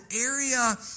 area